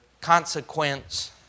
consequence